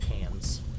hands